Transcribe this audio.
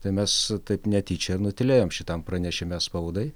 tai mes taip netyčia nutylėjom šitam pranešime spaudai